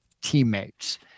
teammates